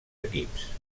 equips